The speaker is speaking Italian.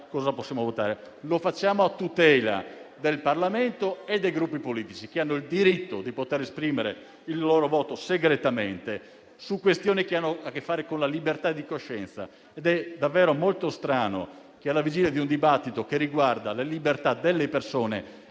cosa possiamo votare. Lo facciamo a tutela del Parlamento e dei Gruppi politici, che hanno il diritto di esprimere il proprio voto segretamente su questioni che hanno a che fare con la libertà di coscienza. È davvero molto strano che, alla vigilia di un dibattito che riguarda la libertà e i diritti